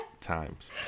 times